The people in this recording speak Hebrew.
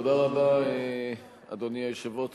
אדוני היושב-ראש,